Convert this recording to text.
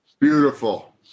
beautiful